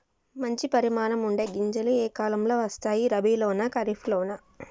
మంచి పరిమాణం ఉండే గింజలు ఏ కాలం లో వస్తాయి? రబీ లోనా? ఖరీఫ్ లోనా?